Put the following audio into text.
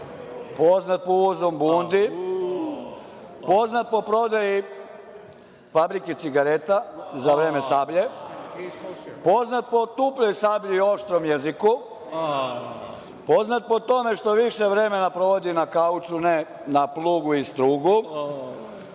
poznat po uvozu bundi, poznat po prodaji fabrike cigareta za vreme „Sablje“, poznat po tupoj sablji i oštrom jeziku, poznat po tome što više vremena provodi na kauču, ne na plugu i strugu,